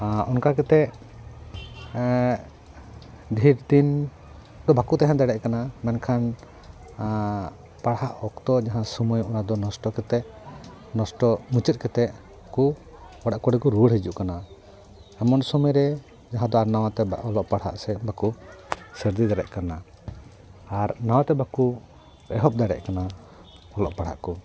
ᱚᱱᱠᱟ ᱠᱟᱛᱮᱫ ᱰᱷᱮᱨ ᱫᱤᱱ ᱫᱚ ᱵᱟᱠᱚ ᱛᱟᱦᱮᱸ ᱫᱟᱲᱮᱭᱟᱜ ᱠᱟᱱᱟ ᱢᱮᱱᱠᱷᱟᱱ ᱯᱟᱲᱦᱟᱜ ᱚᱠᱛᱚ ᱡᱟᱦᱟᱸ ᱥᱳᱢᱳᱭ ᱚᱱᱟ ᱫᱚ ᱱᱚᱥᱴᱚ ᱠᱟᱛᱮᱫ ᱱᱚᱥᱴᱚ ᱢᱩᱪᱟᱹᱫ ᱠᱟᱛᱮᱫ ᱠᱚ ᱚᱲᱟᱜ ᱠᱚᱨᱮ ᱠᱚ ᱨᱩᱣᱟᱹᱲ ᱦᱤᱡᱩᱜ ᱠᱟᱱᱟ ᱮᱢᱚᱱ ᱥᱳᱢᱳᱭ ᱨᱮ ᱡᱟᱦᱟᱸ ᱫᱚ ᱟᱨ ᱱᱟᱣᱟ ᱛᱮ ᱚᱞᱚᱜ ᱯᱟᱲᱦᱟᱜ ᱥᱮᱫ ᱵᱟᱠᱚ ᱥᱟᱹᱨᱫᱤ ᱫᱟᱲᱮᱭᱟᱜ ᱠᱟᱱᱟ ᱟᱨ ᱱᱟᱣᱟ ᱛᱮ ᱵᱟᱠᱚ ᱮᱦᱚᱵ ᱫᱟᱲᱮᱜ ᱠᱟᱱᱟ ᱚᱞᱚᱜ ᱯᱟᱲᱦᱟᱜ ᱠᱚ